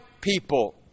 people